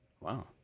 Wow